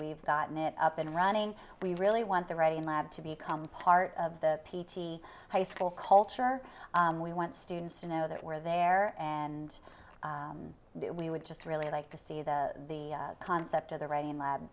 we've gotten it up and running we really want the writing lab to be become part of the p t high school culture we want students to know that we're there and we would just really like to see that the concept of the writing lab